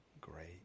great